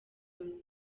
ingufu